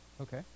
Okay